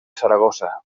saragossa